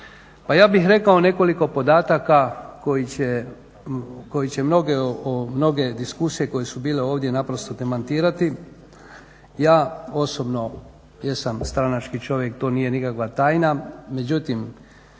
Pa ja bih rekao nekoliko podataka koji će mnoge diskusije koje su bile ovdje naprosto demantirati. Ja osobno jesam stranački čovjek, to nije nikakva tajna, međutim